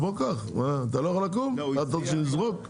לסעיף 27?